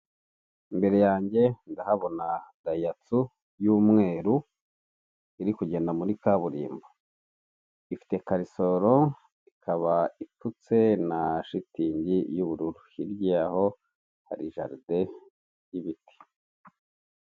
Ni umuhanda uri ahantu hatuje, uri gucamo ipikipiki itwawe n'umumotari ariko nta mugenzi uriho. Iruhande rwayo hari igipangu cy'umukara ndetse gikikijwe n'ibiti.